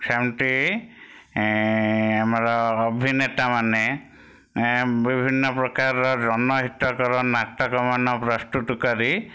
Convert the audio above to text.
ସେମତି ଆମର ଅଭିନେତା ମାନେ ଏ ବିଭିନ୍ନ ପ୍ରକାରର ଜନ ହିତକର ନାଟକ ମାନ ପ୍ରସ୍ତୁତ କରି